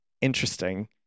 interesting